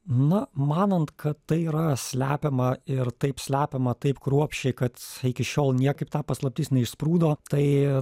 na manant kad tai yra slepiama ir taip slepiama taip kruopščiai kad iki šiol niekaip ta paslaptis neišsprūdo tai